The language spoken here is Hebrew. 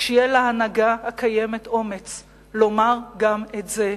כשיהיה להנהגה הקיימת אומץ לומר גם את זה,